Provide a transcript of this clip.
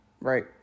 right